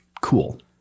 cool